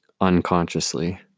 unconsciously